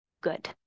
good